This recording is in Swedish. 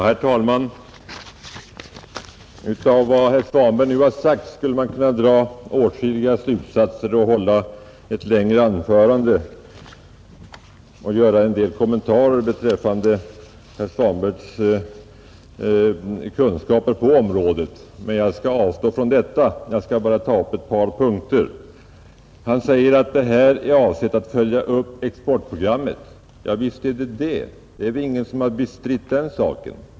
Herr talman! Av vad herr Svanberg nu har sagt skulle man kunna dra åtskilliga slutsatser och hålla ett längre anförande samt göra en del kommentarer beträffande herr Svanbergs kunskaper på området. Men jag skall avstå från detta — jag skall bara ta upp ett par punkter. Herr Svanberg säger att förslaget avser att följa upp exportprogrammet. Ja, visst är det så — det är ingen som har bestritt den saken.